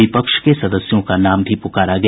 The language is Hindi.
विपक्ष के सदस्यों का नाम भी पुकारा गया